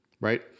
right